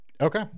Okay